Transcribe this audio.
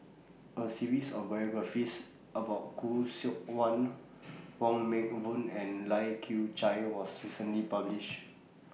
A series of biographies about Khoo Seok Wan Wong Meng Voon and Lai Kew Chai was recently published